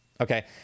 okay